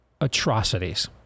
atrocities